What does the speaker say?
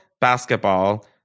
basketball